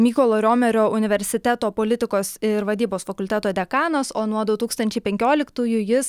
mykolo riomerio universiteto politikos ir vadybos fakulteto dekanas o nuo du tūkstančiai penkioliktųjų jis